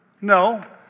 No